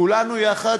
כולנו יחד,